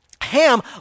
Ham